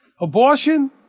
Abortion